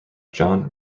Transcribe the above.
john